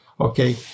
Okay